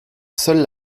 seule